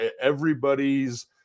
everybody's